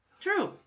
True